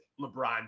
lebron